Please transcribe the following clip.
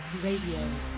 Radio